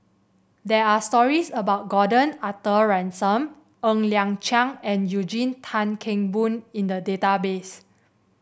there are stories about Gordon Arthur Ransome Ng Liang Chiang and Eugene Tan Kheng Boon in the database